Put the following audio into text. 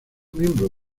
miembro